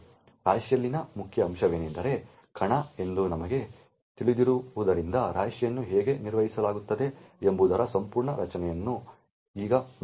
ರಾಶಿಯಲ್ಲಿನ ಮುಖ್ಯ ಅಂಶವೆಂದರೆ ಕಣ ಎಂದು ನಮಗೆ ತಿಳಿದಿರುವುದರಿಂದ ರಾಶಿಯನ್ನು ಹೇಗೆ ನಿರ್ವಹಿಸಲಾಗುತ್ತದೆ ಎಂಬುದರ ಸಂಪೂರ್ಣ ರಚನೆಯನ್ನು ಈಗ ನೋಡೋಣ